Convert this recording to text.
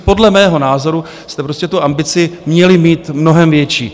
Podle mého názoru jste prostě tu ambici měli mít mnohem větší.